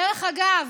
דרך אגב,